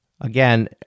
Again